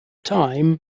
time